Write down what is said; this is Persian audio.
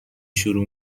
شروع